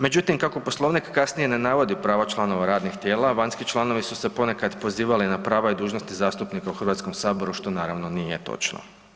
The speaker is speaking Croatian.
Međutim kako Poslovnik kasnije ne navodi prava članova radnih tijela, vanjski članovi su se ponekad pozivali na prava i dužnosti zastupnika u Hrvatskom saboru što naravno nije točno.